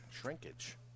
Shrinkage